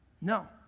No